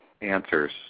answers